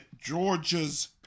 Georgia's